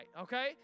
okay